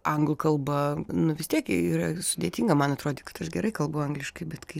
anglų kalba nu vis tiek yra sudėtinga man atrodė kad aš gerai kalbu angliškai bet kai